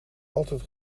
altijd